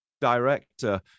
director